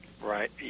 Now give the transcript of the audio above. Right